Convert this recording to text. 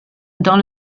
dans